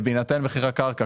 בהינתן מחירי קרקע.